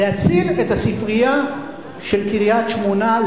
להציל את הספרייה של קריית-שמונה,